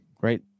right